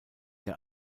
der